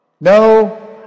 No